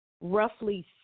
Roughly